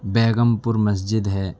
بیگم پور مسجد ہے